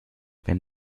wenn